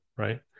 Right